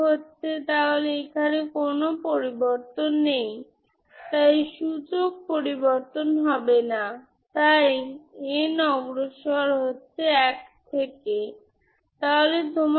আমি সত্যিই এখানে নতুন কিছু করি না তাই আমি ইতিমধ্যে জানি